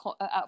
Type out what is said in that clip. out